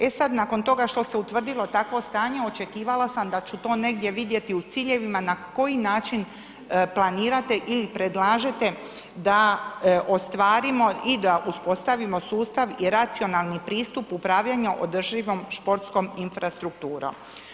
E sad nakon toga što se utvrdilo takvo stanje, očekivala sam da ću to negdje vidjeti i ciljevi na koji način planirate ili predlažete da ostvarimo i da uspostavimo sustav i racionalni pristup upravljanja održivom športskom infrastrukturom.